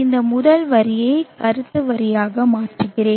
இந்த முதல் வரியை கருத்து வரியாக மாற்றுகிறேன்